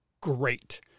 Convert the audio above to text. great